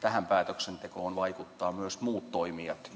tähän päätöksentekoon vaikuttavat myös muut toimijat